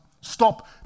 Stop